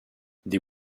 des